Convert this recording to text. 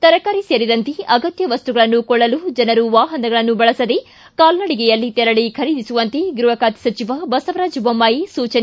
ತಿತರಕಾರಿ ಸೇರಿದಂತೆ ಅಗತ್ತ ವಸ್ತುಗಳನ್ನು ಕೊಳ್ಳಲು ಜನರು ವಾಹನಗಳನ್ನು ಬಳಸದೆ ಕಾಲ್ನಡಿಗೆಯಲ್ಲಿ ತೆರಳಿ ಖರೀದಿಸುವಂತೆ ಗೃಹ ಖಾತೆ ಸಚಿವ ಬಸವರಾಜ್ ಬೊಮ್ಮಾಯಿ ಸೂಚನೆ